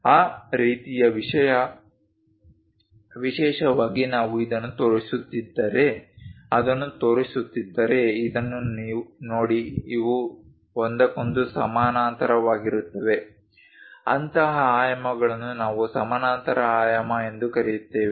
ಆ ರೀತಿಯ ವಿಷಯ ವಿಶೇಷವಾಗಿ ನಾವು ಇದನ್ನು ತೋರಿಸುತ್ತಿದ್ದರೆ ಅದನ್ನು ತೋರಿಸುತ್ತಿದ್ದರೆ ಇದನ್ನು ನೋಡಿ ಇವು ಒಂದಕ್ಕೊಂದು ಸಮಾನಾಂತರವಾಗಿರುತ್ತವೆ ಅಂತಹ ಆಯಾಮಗಳನ್ನು ನಾವು ಸಮಾನಾಂತರ ಆಯಾಮ ಎಂದು ಕರೆಯುತ್ತೇವೆ